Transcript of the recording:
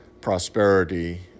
prosperity